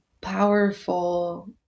powerful